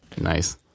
Nice